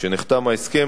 כשנחתם ההסכם,